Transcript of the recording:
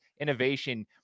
innovation